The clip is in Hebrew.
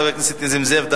חבר הכנסת נסים זאב,